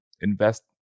invest